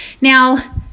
Now